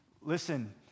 listen